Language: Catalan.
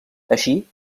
així